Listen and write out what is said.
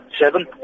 seven